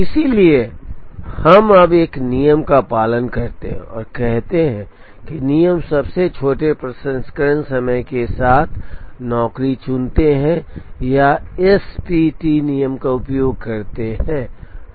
इसलिए हम अब एक नियम का पालन करते हैं और कहते हैं कि नियम सबसे छोटे प्रसंस्करण समय के साथ नौकरी चुनते हैं या एसपीटी नियम का उपयोग करते हैं